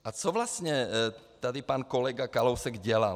A co vlastně tady pan kolega Kalousek dělal?